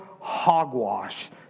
hogwash